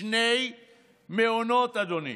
שני מעונות, אדוני.